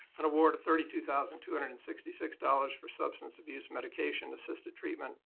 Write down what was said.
and award of thirty two thousand two hundred and sixty six dollars for substance abuse medication assisted treatment,